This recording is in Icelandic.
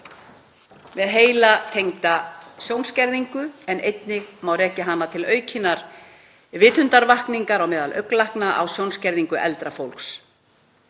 með heilatengda sjónskerðingu en einnig má rekja hana til aukinnar vitundarvakningar á meðal augnlækna á sjónskerðingu eldra fólks.